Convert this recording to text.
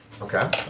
Okay